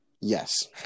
Yes